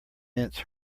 mince